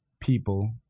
people